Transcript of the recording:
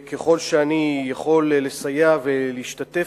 ככל שאני יכול לסייע ולהשתתף,